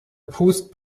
post